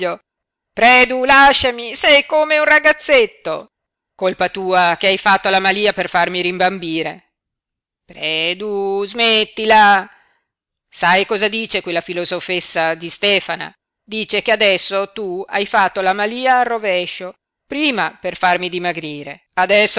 predu lasciami sei come un ragazzetto colpa tua che hai fatto la malía per farmi rimbambire predu smettila sai cosa dice quella filosofessa di stefana dice che adesso tu hai fatto la malía al rovescio prima per farmi dimagrire adesso